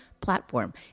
platform